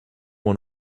one